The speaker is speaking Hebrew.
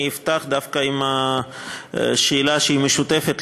אני אפתח דווקא בשאלה שהיא משותפת